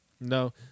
No